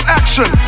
action